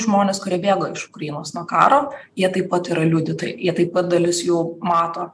žmones kurie bėgo iš ukrainos nuo karo jie taip pat yra liudytojai jie taip pat dalis jų mato